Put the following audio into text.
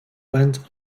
went